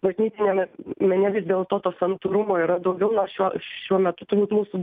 bažnytiniame mene vis dėlto to santūrumo yra daugiau nors šiuo šiuo metu turbūt mūsų